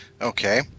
Okay